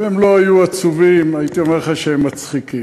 אם הם לא היו עצובים הייתי אומר לך שהם מצחיקים.